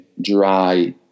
dry